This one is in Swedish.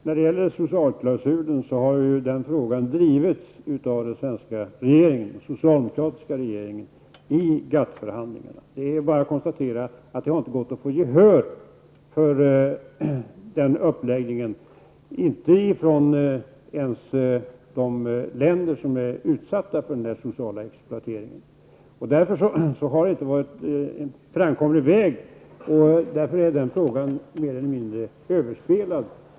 Herr talman! Frågan om socialklausulen har drivits av den socialdemokratiska regeringen i GATT förhandlingarna. Det är dock bara att konstatera att det inte har gått att få gehör för uppläggningen i det avseendet -- inte ens från de länders sida som är utsatta för den sociala exploateringen. Därför har detta med socialklausulen inte varit en framkomlig väg. Mot den bakgrunden är denna fråga mer eller mindre överspelad.